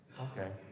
okay